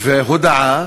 והודעה